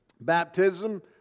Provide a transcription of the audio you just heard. baptism